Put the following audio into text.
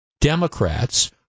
Democrats